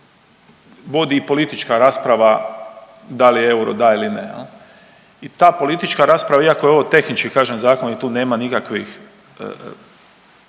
vodi politička rasprava da li euro da ili ne jel i ta politička rasprava iako je ovo tehnički kažem zakoni tu nema nikakvih